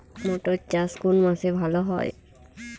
মটর চাষ কোন মাসে ভালো হয়?